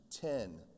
ten